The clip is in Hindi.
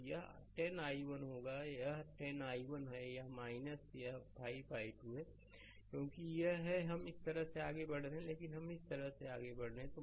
तो यह 10 i1 होगा यह10 i1 है यह 5 i2 है क्योंकि यह है कि हम इस तरह से आगे बढ़ रहे हैं लेकिन हम इस तरह से आगे बढ़ रहे हैं